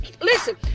listen